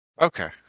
Okay